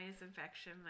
infection